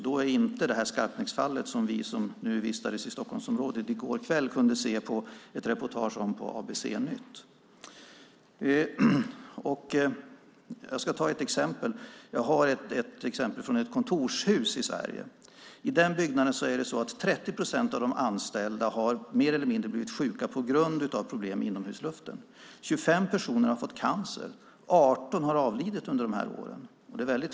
Då är ändå inte Skarpnäcksfallet med, som vi som vistades i Stockholmsområdet i går kväll kunde se ett reportage om på ABC-nytt. Jag ska ta upp ett exempel från ett kontorshus i Sverige. I den byggnaden har 30 procent av de anställda mer eller mindre blivit sjuka på grund av problem med inomhusluften. 25 personer har fått cancer. 18 har avlidit under de här åren.